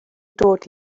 dod